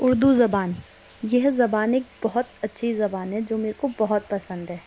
اُردو زبان یہ زبان ایک بہت اچھی زبان ہے جو میرے کو بہت پسند ہے